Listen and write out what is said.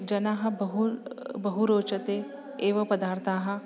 जनाः बहु बहु रोचते एव पदार्थाः